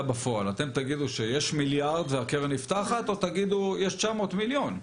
בפועל אתם תגידו שיש מיליארד והקרן נפתחת או תגידו שיש 900 מיליון?